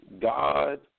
God